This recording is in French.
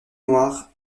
noir